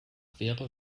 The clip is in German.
wäre